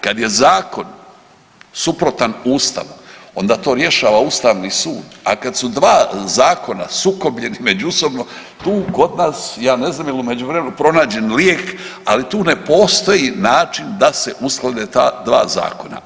Kad je zakon suprotan Ustavu onda to rješava Ustavni sud, a kad su dva zakona sukobljeni međusobno tu kod nas, ja ne znam je li u međuvremenu pronađen lijek, ali tu ne postoji način da se usklade ta dva zakona.